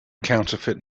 counterfeit